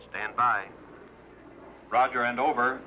stand by roger and over